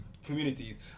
Communities